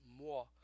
more